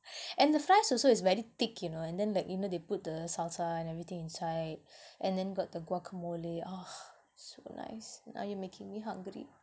and the fries also is very thick you know and then like they put the salsa and everything inside and then got the guacamole ah so nice now you're making me hungry